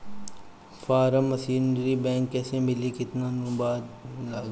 Form machinery बैक कैसे मिली कितना अनुदान बा?